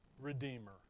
redeemer